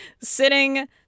sitting